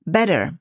Better